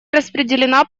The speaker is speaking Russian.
распределена